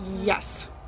yes